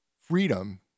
freedom